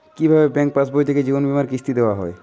কি ভাবে ব্যাঙ্ক পাশবই থেকে জীবনবীমার কিস্তি দেওয়া হয়?